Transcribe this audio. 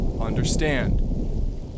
understand